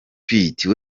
pitt